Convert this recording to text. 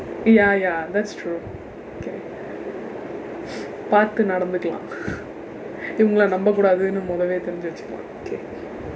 ya ya that's true பார்த்து நடந்துக்கலாம் இவர்களே நம்ப கூடாதுனு முதலே தெரிந்து வைச்சுக்கலாம்:paartthu nadandthukkalaam ivarkalee nampa kuudaathunu muthalee therindthu vaichsukkalaam